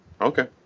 Okay